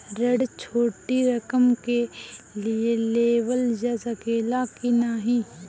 ऋण छोटी रकम के लिए लेवल जा सकेला की नाहीं?